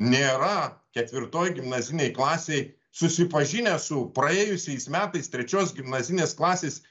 nėra ketvirtoj gimnazinėj klasėj susipažinę su praėjusiais metais trečios gimnazinės klasės